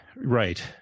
Right